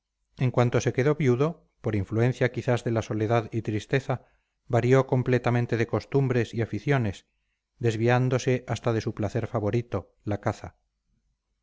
en cuanto se quedó viudo por influencia quizás de la soledad y tristeza varió completamente de costumbres y aficiones desviándose hasta de su placer favorito la caza